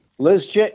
Liz